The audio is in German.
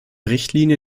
richtlinie